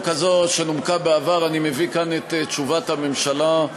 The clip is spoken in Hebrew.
שנומקה בעבר, אני מביא כאן את תשובת הממשלה.